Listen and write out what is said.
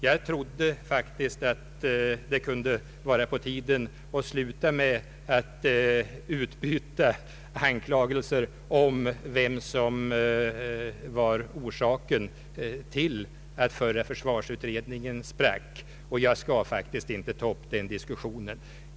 Jag anser faktiskt att det kunde vara på tiden att vi slutade utbyta anklagelser om vem som orsakade att den förra försvarsutredningen sprack. Jag skall inte heller ta upp någon diskussion därom.